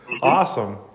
Awesome